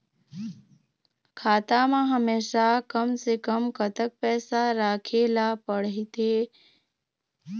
खाता मा हमेशा कम से कम कतक पैसा राखेला पड़ही थे?